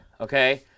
okay